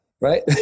right